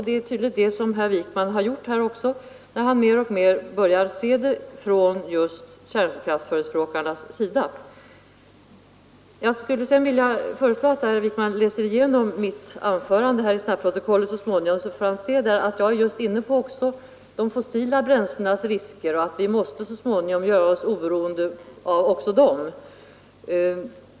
Det är tydligen det som herr Wijkman har gjort när han mer och mer börjar se problemet från just kärnkraftsförespråkarnas sida. Jag skulle sedan vilja föreslå att herr Wijkman läser igenom mitt anförande i snabbprotokollet. Där kan man nämligen läsa också om riskerna med de fossila bränslena och att vi så småningom måste göra oss oberoende även av dem.